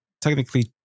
technically